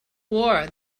war